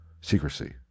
secrecy